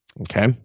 Okay